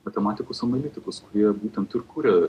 matematikus analitikus kurie būtent ir kuria